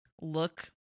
look